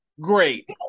great